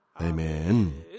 Amen